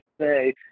say